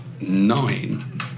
nine